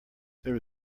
there